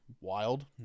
Wild